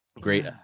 Great